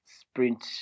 sprint